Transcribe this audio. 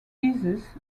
jesus